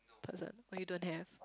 doesn't oh you don't have